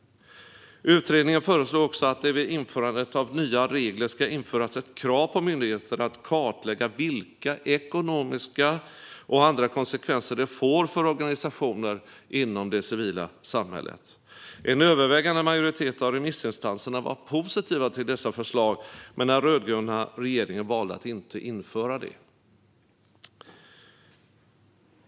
Utredningen föreslog också att det vid införandet av nya regler ska införas ett krav på myndigheten att kartlägga vilka ekonomiska och andra konsekvenser det får för organisationer inom det civila samhället. En övervägande majoritet av remissinstanserna var positiva till dessa förslag. Men den rödgröna regeringen valde att inte införa det.